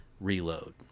Reload